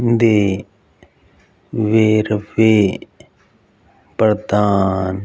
ਦੇ ਵੇਰਵੇ ਪ੍ਰਦਾਨ